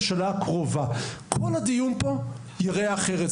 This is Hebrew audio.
מלכתחילה, כל הדיון פה ייראה אחרת.